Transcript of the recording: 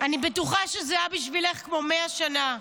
אני בטוחה שזה היה בשבילך כמו 100 שנה.